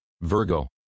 Virgo